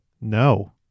No